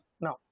now